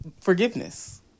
forgiveness